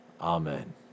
Amen